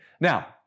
Now